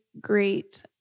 great